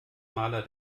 maler